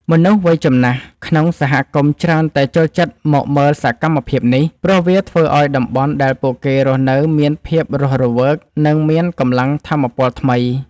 មនុស្សវ័យចំណាស់ ក្នុងសហគមន៍ច្រើនតែចូលចិត្តមកមើលសកម្មភាពនេះ ព្រោះវាធ្វើឱ្យតំបន់ដែលពួកគេរស់នៅមានភាពរស់រវើក និងមានកម្លាំងថាមពលថ្មី។